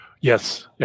Yes